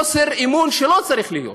חוסר אמון שלא צריך להיות.